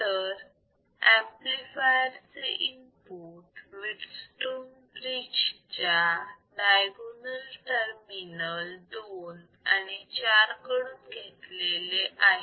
तर ऍम्प्लिफायर चे input Wheatstone bridge च्या डायगोनाल टर्मिनल दोन आणि चार कडून दिलेले आहे